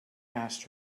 asked